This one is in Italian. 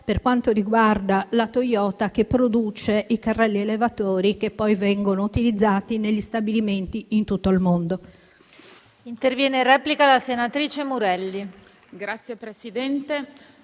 per quanto riguarda la Toyota, che produce i carrelli elevatori che poi vengono utilizzati negli stabilimenti in tutto il mondo.